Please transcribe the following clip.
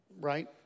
Right